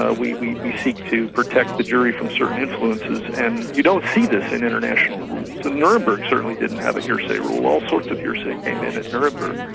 ah we we seek to protect the jury from certain influences, and you don't see this in international rules. and nuremberg certainly didn't have a hearsay rule, all sorts of hearsay came in at nuremberg,